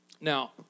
Now